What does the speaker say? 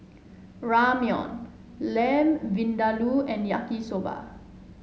Ramyeon Lamb Vindaloo and Yaki Soba